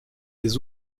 des